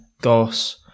Goss